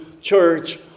church